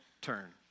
turn